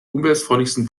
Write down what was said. umweltfreundlichsten